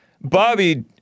Bobby